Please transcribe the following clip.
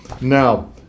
Now